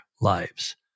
lives